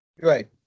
Right